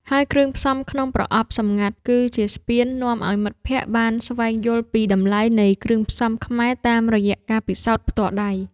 ហើយគ្រឿងផ្សំក្នុងប្រអប់សម្ងាត់គឺជាស្ពាននាំឱ្យមិត្តភក្តិបានស្វែងយល់ពីតម្លៃនៃគ្រឿងផ្សំខ្មែរតាមរយៈការពិសោធន៍ផ្ទាល់ដៃ។